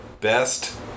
best